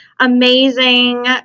amazing